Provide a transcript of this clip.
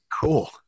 cool